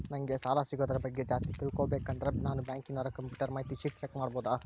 ನಂಗೆ ಸಾಲ ಸಿಗೋದರ ಬಗ್ಗೆ ಜಾಸ್ತಿ ತಿಳಕೋಬೇಕಂದ್ರ ನಾನು ಬ್ಯಾಂಕಿನೋರ ಕಂಪ್ಯೂಟರ್ ಮಾಹಿತಿ ಶೇಟ್ ಚೆಕ್ ಮಾಡಬಹುದಾ?